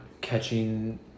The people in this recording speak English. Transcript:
catching